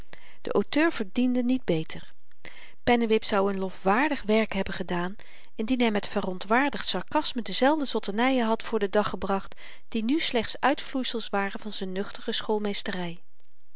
de auteur verdiende niet beter pennewip zou n lofwaardig werk hebben gedaan indien hy met verontwaardigd sarkasme dezelfde zotternyen had voor den dag gebracht die nu slechts uitvloeisels waren van z'n nuchtere